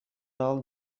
all